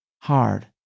hard